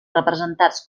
representats